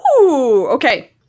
Okay